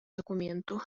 документу